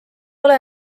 ole